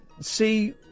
see